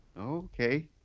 Okay